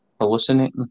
Hallucinating